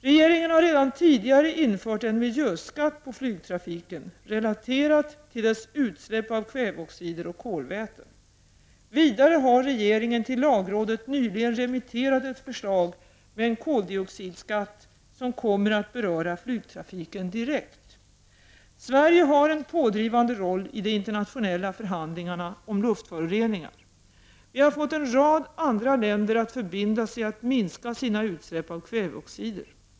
Regeringen har redan tidigare infört en miljöskatt på flygtrafiken, relaterat till dess utsläpp av kväveoxider och kolväten. Vidare har regeringen till lagrådet nyligen remitterat ett förslag med en koldioxidskatt som kommer att beröra flygtrafiken direkt. Sverige har en pådrivande roll i de internationella förhandlingarna om luftföroreningar. Vi har fått en rad andra länder att förbinda sig att minska sina utsläpp av kväveoxider.